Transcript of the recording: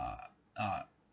uh